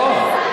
לא.